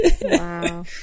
Wow